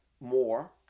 more